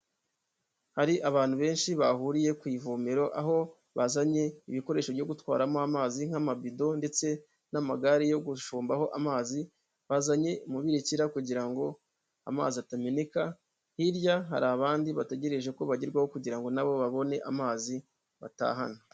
Hari abantu benshi bahuriye ku ivomero aho bazanye ibikoresho byo gutwaramo amazi nk'amambido ndetse n'amagare yo gucundaho amazi bazanye umubirikira kugira ngo amazi atameneka ,hirya hari abandi bategereje ko bagerwaho kugira ngo nabo babone amazi batahana.